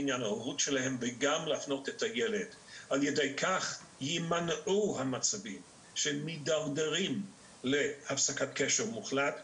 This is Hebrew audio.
על ידי כך יימנעו המצבים שמתדרדרים להפסקת קשר מוחלט,